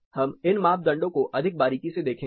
हम इन मापदंडों को अधिक बारीकी से देखेंगे